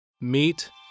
meet